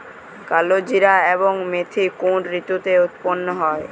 কালোজিরা এবং মেথি কোন ঋতুতে উৎপন্ন হয়?